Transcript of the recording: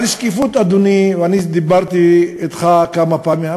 על שקיפות, אדוני, אני דיברתי אתך כמה פעמים.